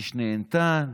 איש נהנתן,